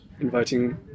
inviting